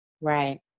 Right